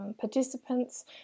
participants